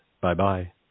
Bye-bye